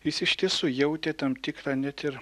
jis iš tiesų jautė tam tikrą net ir